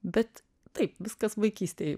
bet taip viskas vaikystėj